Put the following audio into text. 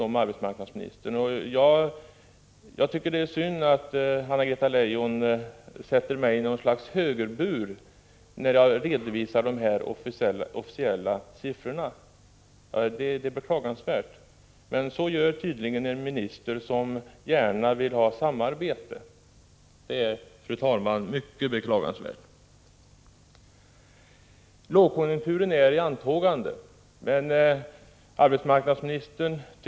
Jag tycker att det är synd att Anna-Greta Leijon vill sätta mig i något slags högerbur när jag hänvisar till dessa officiella siffror. Att en minister som gärna skulle vilja ha samarbete gör så är, fru talman, mycket beklagansvärt. Lågkonjunkturen är i antågande, men det tycks arbetsmarknadsministern — Prot.